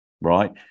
right